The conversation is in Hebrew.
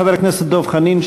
חבר הכנסת דב חנין,